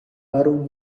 baru